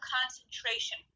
concentration